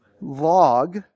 log